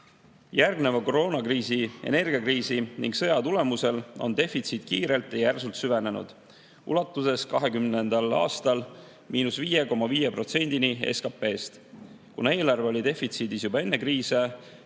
Järgneva koroonakriisi, energiakriisi ning sõja tagajärjel on defitsiit kiirelt ja järsult süvenenud, ulatudes 2020. aastal miinus 5,5%-ni SKT-st. Kuna eelarve oli defitsiidis juba enne kriise,